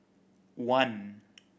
one